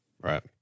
Right